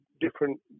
different